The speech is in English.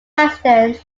question